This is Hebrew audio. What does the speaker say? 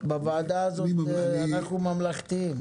בוועדה הזאת אנחנו ממלכתיים.